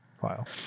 file